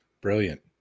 Brilliant